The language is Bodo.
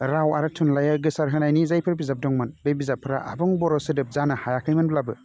राव आरो थुनलाइया गोसार होनायनि जायफोर बिजाब दंमोन बे बिजाबफ्रा आबुं बर' सोदोब जानो हायाखैमोनब्लाबो